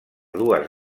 dues